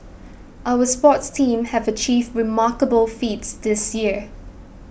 our sports teams have achieved remarkable feats this year